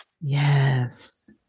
Yes